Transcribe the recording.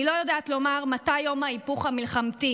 אני לא יודעת לומר מתי יום ההיפוך המלחמתי,